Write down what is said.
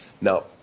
Now